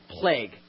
plague